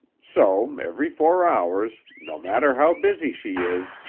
so every four hours, no matter how busy she is,